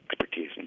expertise